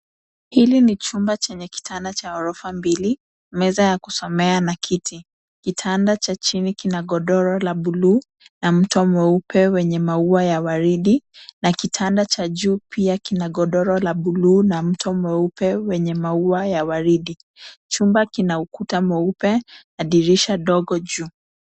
Hili ni chumba chenye kitanda cha ghorofa mbili, meza ya kusomea na kiti. Kitanda cha chini kina godoro la buluu na mto mweupe wenye maua ya waridi na kitanda cha juu pia kina godoro la buluu na mto mweupe wenye maua ya waridi. Chumba kina ukuta mweupe na dirisha dogo juu.